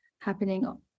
happening